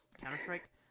Counter-Strike